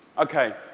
ok.